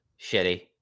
shitty